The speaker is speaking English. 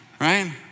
Right